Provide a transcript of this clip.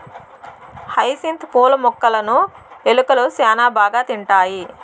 hyacinth పూల మొక్కలును ఎలుకలు శ్యాన బాగా తింటాయి